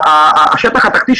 התחתי,